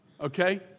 okay